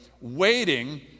waiting